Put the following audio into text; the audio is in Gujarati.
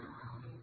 આ સાચું છે